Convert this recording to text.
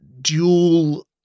dual